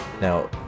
Now